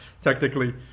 technically